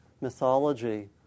mythology